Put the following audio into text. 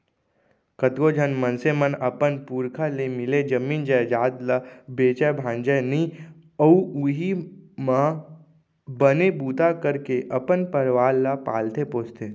कतको झन मनसे मन अपन पुरखा ले मिले जमीन जयजाद ल बेचय भांजय नइ अउ उहीं म बने बूता करके अपन परवार ल पालथे पोसथे